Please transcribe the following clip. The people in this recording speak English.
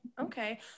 Okay